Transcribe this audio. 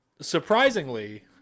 surprisingly